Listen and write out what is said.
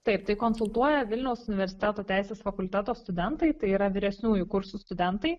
taip tai konsultuoja vilniaus universiteto teisės fakulteto studentai tai yra vyresniųjų kursų studentai